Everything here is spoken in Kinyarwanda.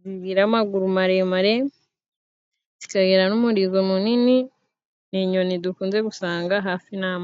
zigira amaguru maremare, zikagira n'umurizo munini. Ni inyoni dukunze gusanga hafi n'amazi.